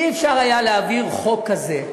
אי-אפשר היה להעביר חוק כזה,